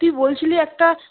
তুই বলছিলি একটা